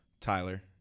Tyler